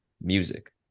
music